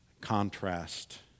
contrast